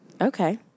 Okay